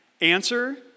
Answer